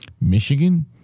Michigan